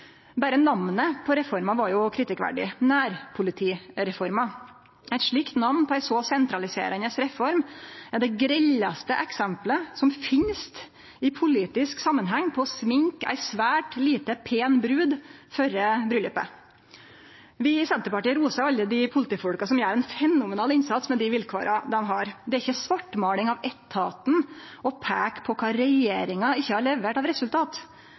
Berre namnet på reforma er jo kritikkverdig. Nærpolitireforma – eit slikt namn på ei så sentraliserande reform er det grellaste eksempelet som finst i politisk samanheng på å sminke ei svært lite pen brud før bryllaupet. Vi i Senterpartiet roser alle dei politifolka som gjer ein fenomenal innsats med dei vilkåra dei har. Det er ikkje svartmåling av etaten å peike på kva regjeringa ikkje har levert av resultat.